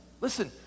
listen